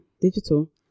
digital